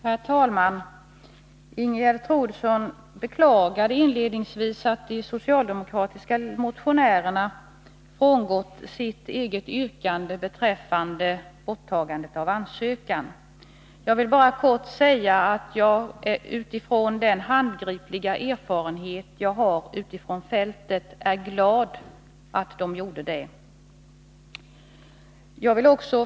Herr talman! Ingegerd Troedsson beklagade inledningsvis att de socialdemokratiska motionärerna har frångått sitt eget yrkande beträffande avskaffande av ansökningsförfarandet. Med den handgripliga erfarenhet som jag har från fältet är jag glad över att de har gjort det.